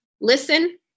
listen